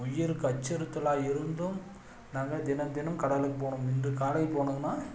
உயிருக்கு அச்சுறுத்தலாக இருந்தும் நாங்கள் தினம் தினம் கடலுக்கு போனோம் இன்று காலையில போனம்னா